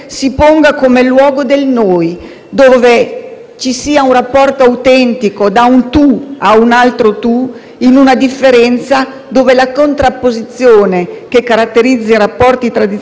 ci sia un rapporto autentico da un tu a un altro tu in una differenza dove la contrapposizione, che caratterizza i rapporti tradizionali, possa tradursi in uno scambio